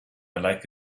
like